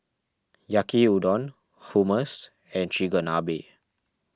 Yaki Udon Hummus and Chigenabe